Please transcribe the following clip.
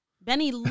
Benny